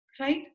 Right